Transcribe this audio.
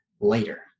later